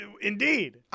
Indeed